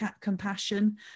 compassion